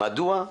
מדוע?